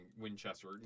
Winchester